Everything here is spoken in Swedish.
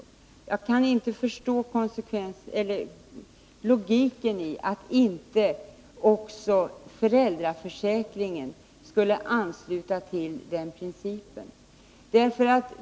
Jag kan inte förstå logiken i att inte också föräldraförsäkringen skulle ansluta till den principen.